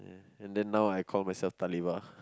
and then now I call myself Talibah